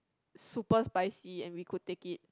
super spicy and we could take it